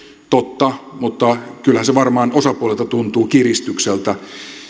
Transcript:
totta mutta kyllähän se varmaan osapuolista tuntuu kiristykseltä